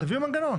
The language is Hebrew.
תביאו מנגנון.